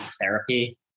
therapy